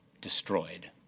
destroyed